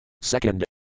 Second